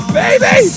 baby